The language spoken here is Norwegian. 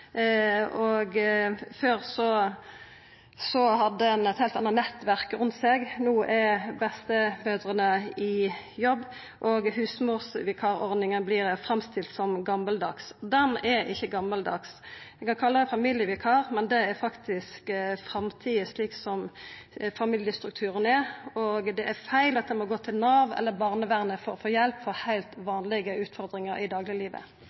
framtida. Før hadde ein eit heilt anna nettverk rundt seg. No er bestemødrene i jobb, og husmorvikarordninga vert framstilt som gamaldags. Ho er ikkje gamaldags. Ein kan kalla det «familievikar», men det er faktisk framtida slik som familiestrukturen er. Det er feil at ein må gå til Nav eller barnevernet for å få hjelp for heilt vanlege utfordringar i dagleglivet.